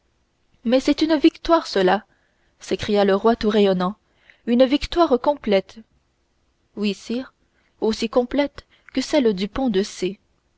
mais c'est une victoire cela s'écria le roi tout rayonnant une victoire complète oui sire aussi complète que celle du pont